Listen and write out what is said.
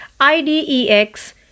IDEX